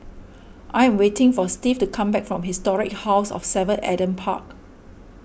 I am waiting for Steve to come back from Historic House of Seven Adam Park